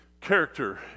character